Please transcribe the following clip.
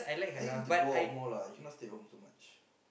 I think you need to go out more lah you can not stay at home so much